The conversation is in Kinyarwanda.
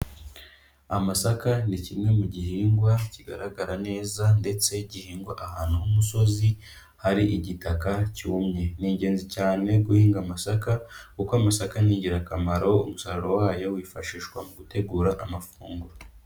Amasaka ni kimwe mu gihingwa kigaragara neza ndetse gihingwa ahantu h'umusozi hari igitaka cyumye. Ni ingenzi cyane guhinga amasaka kuko amasaka ni ingirakamaro, umusaruro wayo wifashishwa mu gutegura amafunguro.